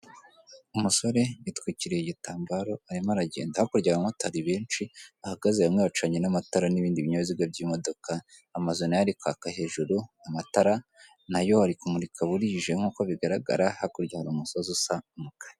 Umusore yitwikiriye igitambaro arimo aragenda. Hakurya hari amotari benshi bahagaze bamwe bacanye n'amatara n'ibindi binyabiziga nk'imodoka, amazu na yo ari kwaka hejuru, amatara na yo ari kumurika burije nk'uko bigaragara, hakurya hari umusozi usa umukara.